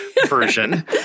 Version